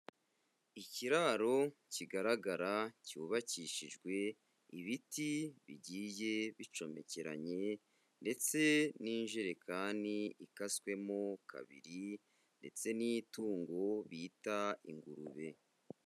Ikiraro kigaragara cyubakishijwe ibiti bigiye bicomekeranye ndetse n'injerekani ikaswemo kabiri ndetse n'itungo bita ingurube.